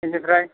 बिनिफ्राइ